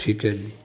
ਠੀਕ ਹੈ ਜੀ